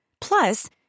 Plus